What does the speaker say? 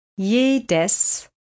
Jedes